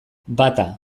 bata